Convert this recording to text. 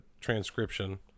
transcription